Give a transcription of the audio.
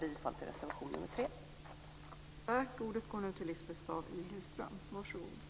Jag yrkar bifall till reservation 3.